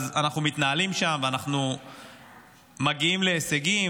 אנחנו מתנהלים שם ואנחנו מגיעים להישגים,